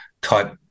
type